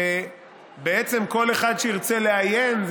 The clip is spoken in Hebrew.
ובעצם כל אחד שירצה לעיין,